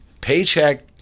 Paycheck